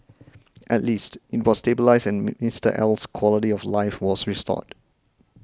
at least it was stabilised and Mister L's quality of life was restored